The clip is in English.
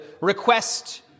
request